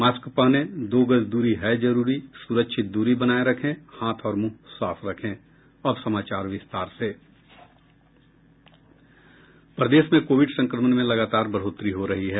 mask पहनें दो गज दूरी है जरूरी सुरक्षित दूरी बनाये रखें हाथ और मुंह साफ रखें प्रदेश में कोविड संक्रमण में लगातार बढ़ोतरी हो रही है